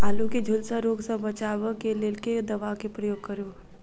आलु केँ झुलसा रोग सऽ बचाब केँ लेल केँ दवा केँ प्रयोग करू?